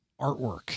artwork